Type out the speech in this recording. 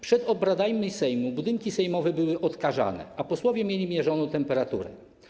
Przed obradami Sejmu budynki sejmowe były odkażane, a posłowie mieli mierzoną temperaturę.